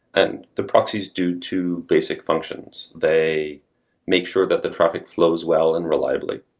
and the proxies do two basic functions. they make sure that the traffic flows well and reliably,